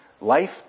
Life